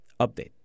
update